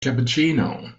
cappuccino